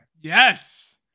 Yes